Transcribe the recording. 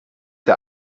der